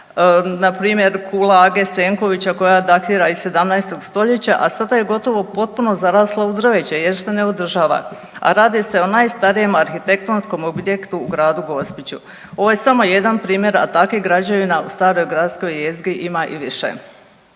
Na primjer kula age Senkovića koja datira iz 17. stoljeća, a sada je gotovo potpuno zarasla u drveće jer se ne održava, a radi se o najstarijem arhitektonskom objektu u Gradu Gospiću. Ovo je samo jedan primjer, a takvih građevina u staroj gradskoj jezgri ima i više.